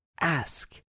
ask